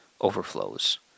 overflows